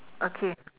okay